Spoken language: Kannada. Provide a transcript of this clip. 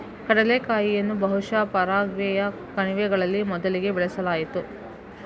ಕಡಲೆಕಾಯಿಯನ್ನು ಬಹುಶಃ ಪರಾಗ್ವೆಯ ಕಣಿವೆಗಳಲ್ಲಿ ಮೊದಲಿಗೆ ಬೆಳೆಸಲಾಯಿತು